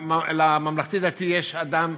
לממלכתי-דתי יש אדם,